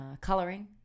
coloring